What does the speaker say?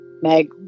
Meg